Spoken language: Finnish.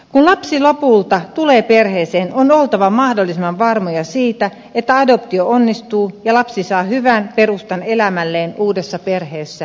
kun lapsi lopulta tulee perheeseen on oltava mahdollisimman varmoja siitä että adoptio onnistuu ja lapsi saa hyvän perustan elämälleen uudessa perheessä ja suvussa